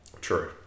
True